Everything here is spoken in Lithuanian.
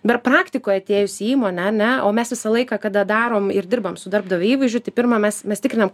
dar praktikoje atėjus į įmonę ane o mes visą laiką kada darom ir dirbam su darbdavio įvaizdžiu tai pirma mes mes tikrinam